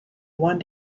one